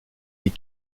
dit